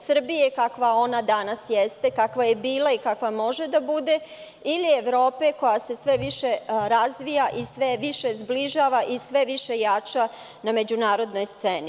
Srbije kakva ona danas jeste, kakva je bila i kakva može da bude ili Evrope koja se sve više razvija i sve više zbližava i sve više jača na međunarodnoj sceni?